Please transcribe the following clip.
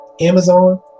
Amazon